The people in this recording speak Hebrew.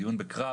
דיון בקרב